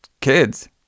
kids